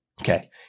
Okay